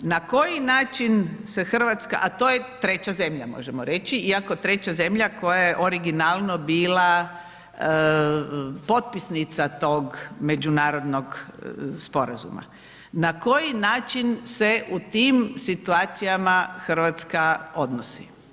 Na koji način se Hrvatska - a to je treća zemlja možemo reći iako treća zemlja koja je originalno bila potpisnica tog međunarodnog sporazuma - na koji način se u tim situacijama Hrvatska odnosi?